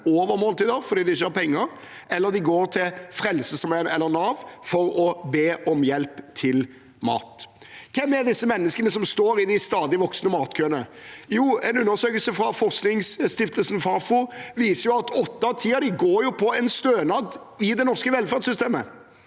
over måltider fordi de ikke har penger, eller de går til Frelsesarmeen eller Nav for å be om hjelp til mat. Hvem er disse menneskene som står i de stadig voksende matkøene? Jo, en undersøkelse fra forskningsstiftelsen Fafo viser at åtte av ti av dem går på en stønad i det norske velferdssystemet.